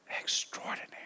extraordinary